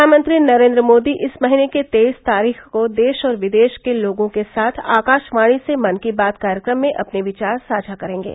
प्रधानमंत्री नरेन्द्र मोदी इस महीने की तेईस तारीख को देश और विदेश के लोगों के साथ आकाशवाणी से मन की बात कार्यक्रम में अपने विचार साझा करेंगे